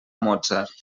mozart